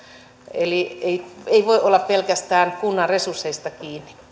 eli se ei voi olla pelkästään kunnan resursseista kiinni